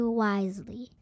wisely